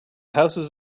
houses